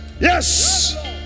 Yes